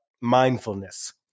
mindfulness